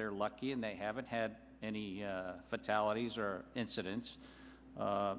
they're lucky and they haven't had any fatalities or incidents